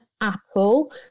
Apple